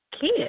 kid